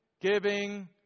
giving